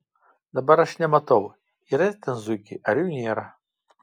dabar aš nematau yra ten zuikiai ar jų nėra